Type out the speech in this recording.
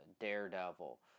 Daredevil